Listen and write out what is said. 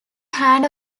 hand